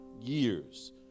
years